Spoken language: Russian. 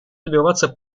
добиваться